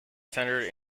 centered